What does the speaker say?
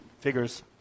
figures